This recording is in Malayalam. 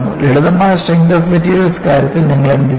ലളിതമായ സ്ട്രെങ്ത് ഓഫ് മെറ്റീരിയൽസ് കാര്യത്തിൽ നിങ്ങൾ എന്തു ചെയ്തു